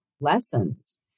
lessons